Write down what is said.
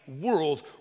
world